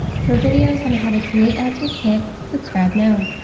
for videos on how to create ads with kit, subscribe now!